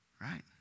Right